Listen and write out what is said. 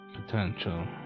Potential